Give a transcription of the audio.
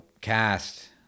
cast